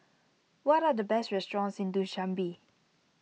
what are the best restaurants in Dushanbe